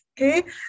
okay